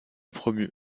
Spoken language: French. promu